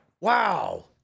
Wow